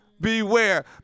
beware